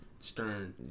Stern